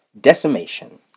Decimation